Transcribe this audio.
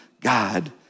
God